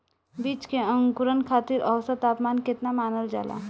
बीज के अंकुरण खातिर औसत तापमान केतना मानल जाला?